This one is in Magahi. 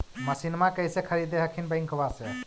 मसिनमा कैसे खरीदे हखिन बैंकबा से?